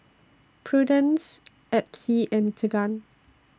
Prudence Epsie and Tegan